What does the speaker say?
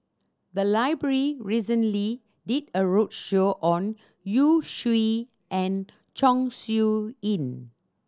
the library recently did a roadshow on Yu Zhuye and Chong Siew Ying